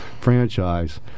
franchise